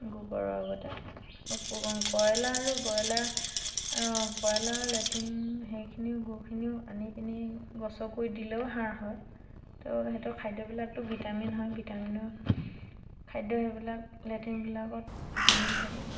গোবৰৰ লগতে আকৌ কয়লাৰ আৰু ব্ৰয়লাৰ কয়লাৰৰ লেট্ৰিন সেইখিনিও গুখিনিও আনি পিনি গছৰ গুৰিত দিলেও সাৰ হয় তো সিহঁতৰ খাদ্যবিলাকতো ভিটামিন হয় ভিটামিনৰ খাদ্য সেইবিলাক লেট্ৰিনবিলাকত ভিটামিন থাকে